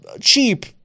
cheap